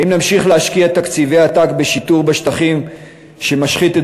האם נמשיך להשקיע תקציבי עתק בשיטור בשטחים שמשחית את